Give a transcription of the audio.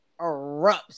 erupts